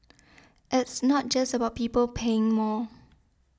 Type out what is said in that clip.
it's not just about people paying more